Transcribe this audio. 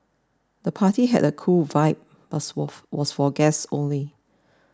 the party had a cool vibe buts wolf was for guests only